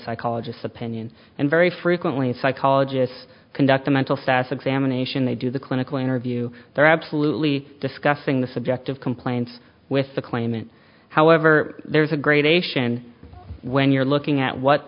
psychologist opinion and very frequently psychologists conduct a mental status examination they do the clinical interview they're absolutely discussing the subject of complaints with the claimant however there is a gradation when you're looking at what